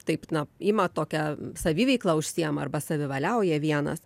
taip na ima tokią saviveikla užsiėma arba savivaliauja vienas